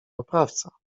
oprawca